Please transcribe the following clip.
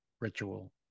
ritual